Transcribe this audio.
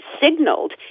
signaled